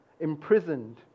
imprisoned